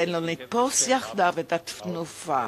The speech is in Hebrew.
ועלינו לתפוס יחדיו את התנופה.